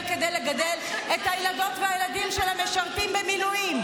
כדי לגדל את הילדות והילדים של המשרתים במילואים.